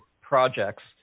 projects